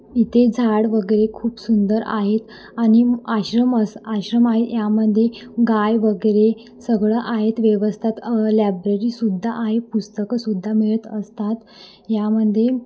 इथे झाड वगैरे खूप सुंदर आहेत आणि आश्रम असं आश्रम आहे यामध्ये गाय वगैरे सगळं आहेत व्यवस्थित लॅब्ररीसुद्धा आहे पुस्तकंसुद्धा मिळत असतात यामध्ये